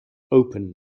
open